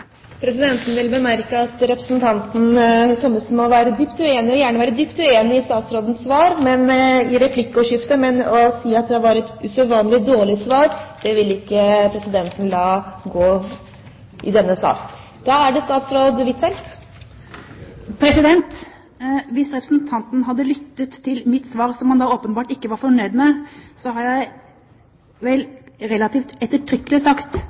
Presidenten vil bemerke at representanten Thommessen gjerne må være dypt uenig i statsrådens svar under replikkordskiftet, men å si at det var et usedvanlig dårlig svar, det vil ikke presidenten la passere i denne sal. Hvis representanten hadde lyttet til mitt svar, som han åpenbart ikke var fornøyd med: Jeg sa relativt ettertrykkelig